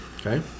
Okay